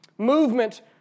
Movement